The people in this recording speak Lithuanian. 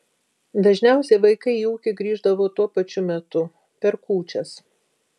dažniausiai vaikai į ūkį grįždavo tuo pačiu metu per kūčias